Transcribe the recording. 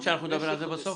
אנחנו נדבר על זה בסוף.